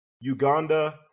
uganda